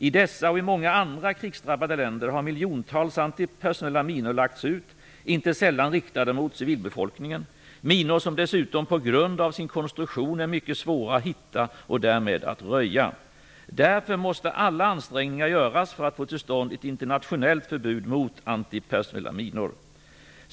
I dessa och i många andra krigsdrabbade länder har miljontals antipersonella minor lagts ut - inte sällan riktade mot civilbefolkningen - minor som dessutom på grund av sin konstruktion är mycket svåra att hitta och därmed att röja. Därför måste alla ansträngningar göras för att få till stånd ett internationellt förbud mot antipersonella minor.